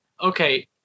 Okay